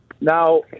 Now